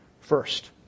first